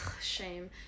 shame